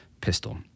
pistol